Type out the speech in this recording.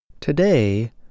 Today